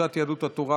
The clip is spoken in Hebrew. קבוצת סיעת יהדות התורה,